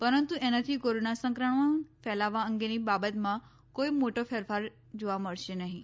પરંતુ એનાથી કોરોના સંક્રમણ ફેલાવા અંગેની બાબતમાં કોઈ મોટો ફેરફાર જોવા મળશે નહીં